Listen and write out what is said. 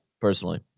personally